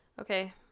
okay